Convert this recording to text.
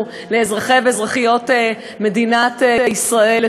לאזרחי ואזרחיות מדינת ישראל,